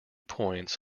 points